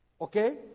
okay